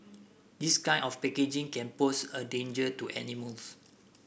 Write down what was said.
this kind of packaging can pose a danger to animals